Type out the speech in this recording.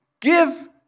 Give